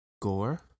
gore